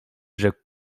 rzekł